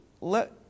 Let